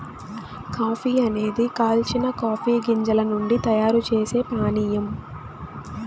coffee అనేది కాల్చిన coffee గింజల నుండి తయారు చేసే పానీయం